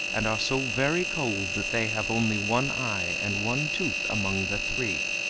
and are so very cold that they have only one eye and one tooth among the three.